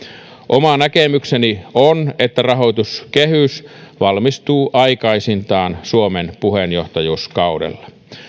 oma näkemykseni on että rahoituskehys valmistuu aikaisintaan suomen puheenjohtajuuskaudella